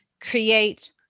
create